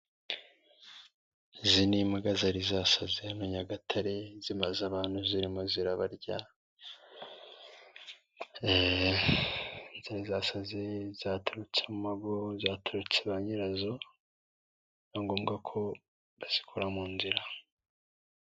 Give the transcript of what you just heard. Izi ni imbwa zari zasaze, ni Nyagatare, zimaze abantu zirimo zirabarya, zari zasaze, zatorotse mu mago, zatorotse ba nyirazo, biba ngombwa ko bazikura mu nzira.